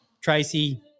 Tracy